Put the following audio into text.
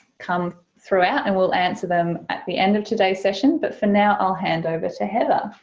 come, throughout and we'll answer them at the end of today's session, but for now i'll hand over to heather.